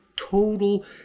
total